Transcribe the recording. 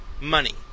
money